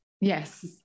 yes